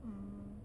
mm